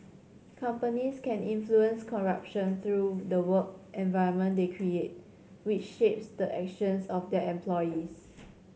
companies can influence corruption through the work environment they create which shapes the actions of their employees